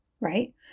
right